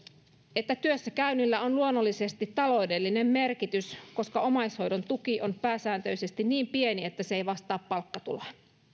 että työssäkäynnillä on luonnollisesti taloudellinen merkitys koska omaishoidon tuki on pääsääntöisesti niin pieni että se ei vastaa palkkatuloa